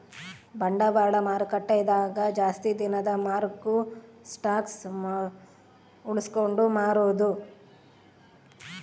ಬಂಡವಾಳ ಮಾರುಕಟ್ಟೆ ದಾಗ ಜಾಸ್ತಿ ದಿನದ ವರ್ಗು ಸ್ಟಾಕ್ಷ್ ಉಳ್ಸ್ಕೊಂಡ್ ಮಾರೊದು